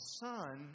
son